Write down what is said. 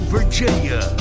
Virginia